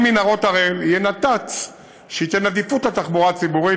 ממנהרות הראל יהיה נת"צ שייתן עדיפות לתחבורה הציבורית